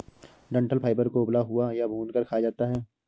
डंठल फाइबर को उबला हुआ या भूनकर खाया जाता है